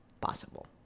possible